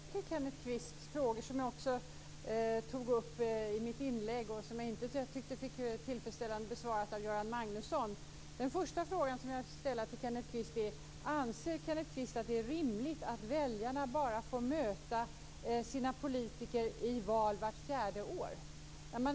Fru talman! Jag vill ställa ett par frågor till Kenneth Kvist. Det gäller frågor som jag ställde i mitt inlägg och som jag inte tycker blev tillfredsställande besvarade av Göran Magnusson. Den första fråga som jag vill ställa är: Anser Kenneth Kvist att det är rimligt att väljarna får möta sina politiker i val bara vart fjärde år?